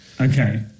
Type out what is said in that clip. Okay